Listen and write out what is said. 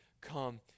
Come